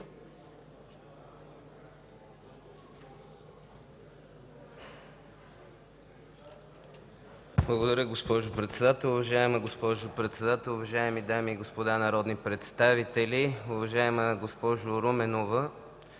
Благодаря, госпожо председател. Уважаема госпожо председател, уважаеми дами и господа народни представители! Уважаема госпожо Руменова,